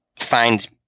find